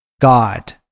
God